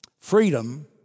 Freedom